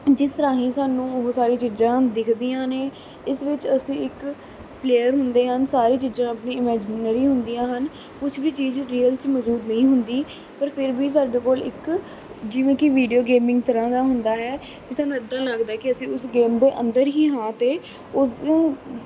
ਜਿਸ ਰਾਹੀਂ ਸਾਨੂੰ ਉਹ ਸਾਰੀਆਂ ਚੀਜ਼ਾਂ ਦਿਖਦੀਆਂ ਨੇ ਇਸ ਵਿੱਚ ਅਸੀਂ ਇੱਕ ਪਲੇਅਰ ਹੁੰਦੇ ਹਨ ਸਾਰੇ ਚੀਜ਼ਾਂ ਆਪਣੀ ਇਮੈਜਿਨਰੀ ਹੁੰਦੀਆਂ ਹਨ ਕੁਝ ਵੀ ਚੀਜ਼ ਰੀਅਲ 'ਚ ਮੌਜੂਦ ਨਹੀਂ ਹੁੰਦੀ ਪਰ ਫਿਰ ਵੀ ਸਾਡੇ ਕੋਲ ਇੱਕ ਜਿਵੇਂ ਕਿ ਵੀਡੀਓ ਗੇਮਿੰਗ ਤਰ੍ਹਾਂ ਦਾ ਹੁੰਦਾ ਹੈ ਸਾਨੂੰ ਇੱਦਾਂ ਲੱਗਦਾ ਕਿ ਅਸੀਂ ਉਸ ਗੇਮ ਦੇ ਅੰਦਰ ਹੀ ਹਾਂ ਅਤੇ ਉਸ ਨੂੰ